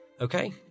Okay